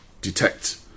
detect